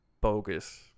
bogus